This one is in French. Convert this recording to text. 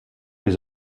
les